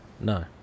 No